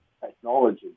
technology